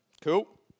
Cool